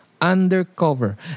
undercover